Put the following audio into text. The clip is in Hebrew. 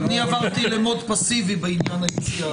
עברתי למוד פסיבי בעניין האישי.